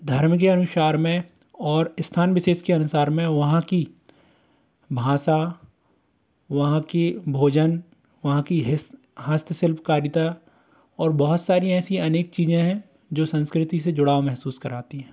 धर्म के अनुसार में और स्थान विशेष के अनुसार में वहाँ की भाषा वहाँ के भोजन वहाँ की हस्त हस्तशिल्पकारिता और बहुत सारी ऐसी अनेक चीज़ें हैं जो संस्कृति से जुड़ाव महसूस कराती हैं